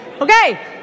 Okay